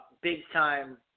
big-time